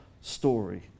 story